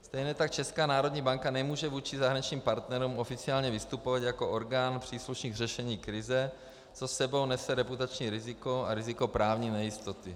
Stejně tak Česká národní banka nemůže vůči zahraničním partnerům oficiálně vystupovat jako orgán příslušný k řešení krize, což s sebou nese reputační riziko a riziko právní nejistoty.